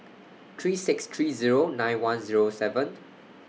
three six three Zero nine one Zero seven